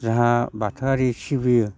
जाहा बाथौआरि सिबियो